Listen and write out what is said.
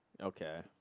Okay